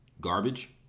garbage